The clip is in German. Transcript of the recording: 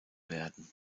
werden